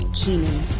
Keenan